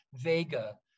Vega